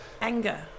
anger